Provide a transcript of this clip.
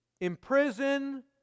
imprison